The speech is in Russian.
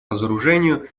разоружению